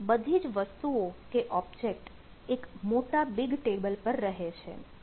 અહીં બધી જ વસ્તુઓ કે ઓબ્જેક્ટ એક મોટા BigTable પર રહે છે